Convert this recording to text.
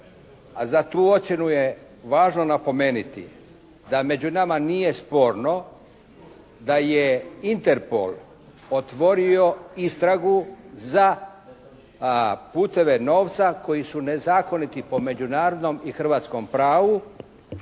za tu ocjenu je važno napomeniti da među nama nije sporno da je Interpol otvorio istragu za puteve novca koji su nezakoniti po međunarodnom i hrvatskom pravu